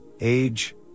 age